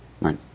right